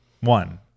One